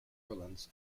orleans